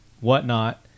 whatnot